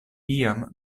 iam